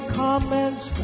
comments